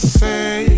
say